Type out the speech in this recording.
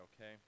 okay